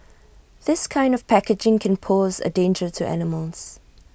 this kind of packaging can pose A danger to animals